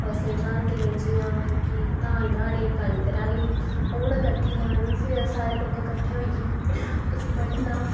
फसल राहंदे हे जि'यां कि धान राह्ने कनक राह्नी ओह उ'नें कट्ठी लानी फिर सारे लोकें कट्ठे होइयै उसी बड्ढना